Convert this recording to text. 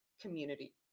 community